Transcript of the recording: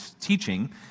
teaching